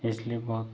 इसलिए बहुत